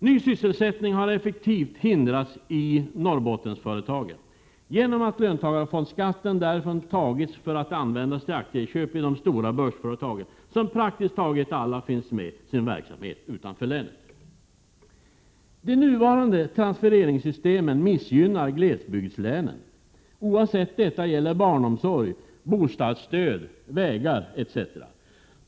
Ny sysselsättning har effektivt hindrats i Norrbottensföretagen genom att löntagarfondsskatten därifrån tagits för att användas till aktieköp i de stora börsföretagen, som praktiskt taget alla finns med sin verksamhet utanför länet. De nuvarande transfereringssystemen missgynnar glesbygdslänen, oavsett om det gäller barnomsorg, bostadsstöd, vägar etc.